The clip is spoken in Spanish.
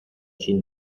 sin